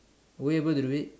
a way able to do it